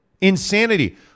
insanity